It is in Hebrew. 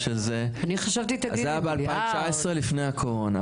אני חשבתי --- זה היה ב-2019, לפני הקורונה.